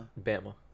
Bama